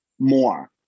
more